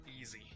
Easy